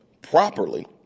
properly